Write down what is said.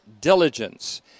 diligence